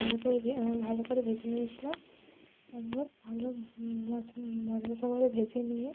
ভালো করে ভে ভালো করে ভেজে নিয়েছিলাম সঙ্গে ভালো মচ মচমচে করে ভেজে নিয়ে